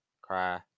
cry